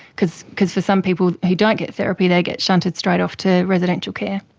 because because for some people who don't get therapy they get shunted straight off to residential care.